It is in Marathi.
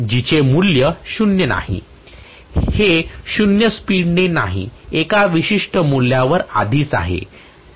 जिचे मूल्य शून्य नाही हे 0 स्पीड ने नाही एका विशिष्ट मूल्यावर आधीच आहे